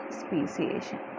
speciation